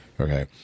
okay